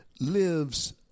lives